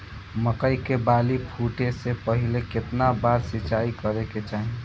मकई के बाली फूटे से पहिले केतना बार सिंचाई करे के चाही?